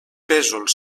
pèsols